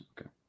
Okay